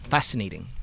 Fascinating